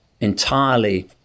entirely